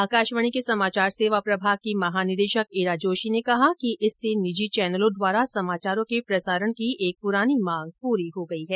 आकाशवाणी के समाचार सेवा प्रभाग की महानिदेशक ईरा जोशी ने कहा कि इससे निजी चैनलों द्वारा समाचारों के प्रसारण की एक पुरानी मांग पूरी हो गई है